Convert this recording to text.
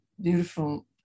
beautiful